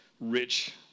rich